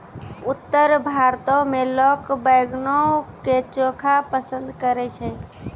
उत्तर भारतो मे लोक बैंगनो के चोखा पसंद करै छै